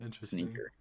sneaker